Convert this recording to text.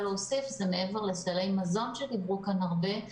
מעבר לסלי מזון שעליהם דיברו פה הרבה,